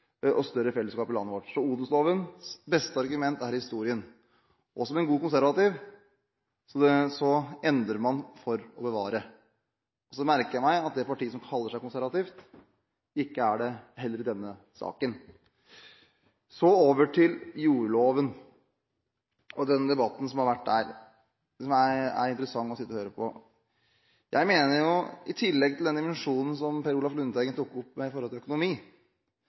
og større fellesskap i landet vårt. Så odelslovens beste argument er historien. Som god konservativ endrer man for å bevare. Så merker jeg meg at det partiet som kaller seg konservativt, ikke er konservativt i denne saken heller. Så over til jordloven og debatten om den, som er interessant å sitte og høre på. I tillegg til den dimensjonen som Per Olaf Lundteigen tok opp med tanke på økonomi,